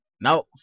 Now